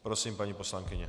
Prosím, paní poslankyně.